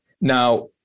Now